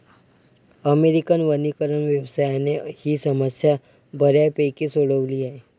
American वनीकरण व्यवसायाने ही समस्या बऱ्यापैकी सोडवली आहे